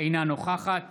אינה נוכחת